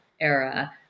era